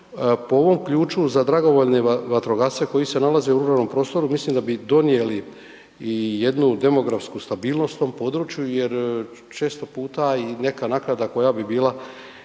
Po ovom ključu za dragovoljne vatrogasce koji se nalaze u ruralnom prostoru mislim da bi donijeli i jednu demografsku stabilnost tom području jer četo puta i neka naknada koja bi bila